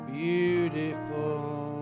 beautiful